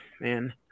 man